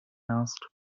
asked